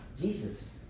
Jesus